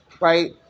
right